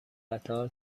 قطار